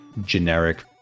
generic